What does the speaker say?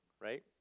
right